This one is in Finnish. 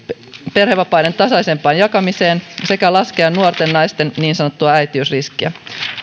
perhevapaiden tasaisempaan jakamiseen sekä laskea nuorten naisten niin sanottua äitiysriskiä